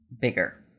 bigger